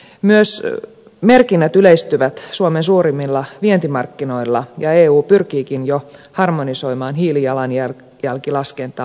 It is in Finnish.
myös merkinnät yleistyvät suomen suurimmilla vientimarkkinoilla ja eu pyrkiikin jo harmonisoimaan hiilijalanjälkilaskentaa